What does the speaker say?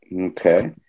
Okay